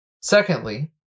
Secondly